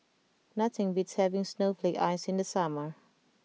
nothing beats having snowflake ice in the summer